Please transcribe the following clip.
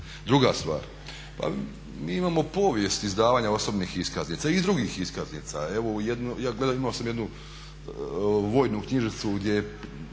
Druga stvar, pa mi imamo povijest izdavanja osobnih iskaznica i drugih iskaznica. Imao sam jednu vojnu knjižicu gdje